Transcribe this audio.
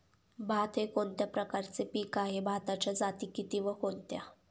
भात हे कोणत्या प्रकारचे पीक आहे? भाताच्या जाती किती व कोणत्या?